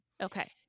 Okay